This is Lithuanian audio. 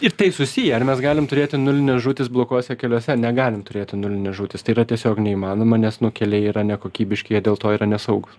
ir tai susiję ar mes galim turėti nulines žūtis bloguose keliuose negalim turėti nulines žūtis tai yra tiesiog neįmanoma nes nu keliai yra nekokybiški jie dėl to yra nesaugūs